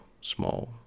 small